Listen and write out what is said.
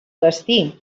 destí